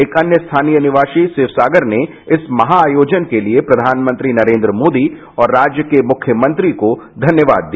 एक अन्य स्थानीय निवासी शिवसागर ने इस महा आयोजन के लिए प्रधानमंत्री नरेन्द्र मोदी और राज्य के मृख्यमंत्री को धन्यवाद दिया